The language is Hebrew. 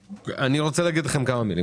אני רוצה להגיד לכם כמה מילים.